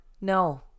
No